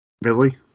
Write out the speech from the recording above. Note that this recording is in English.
Billy